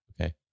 okay